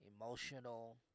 emotional